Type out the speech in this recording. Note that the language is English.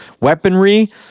weaponry